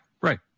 right